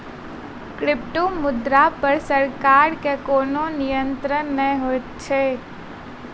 क्रिप्टोमुद्रा पर सरकार के कोनो नियंत्रण नै होइत छै